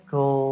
go